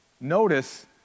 notice